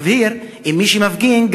יבהיר אם מי שמפגין,